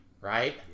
right